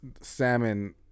Salmon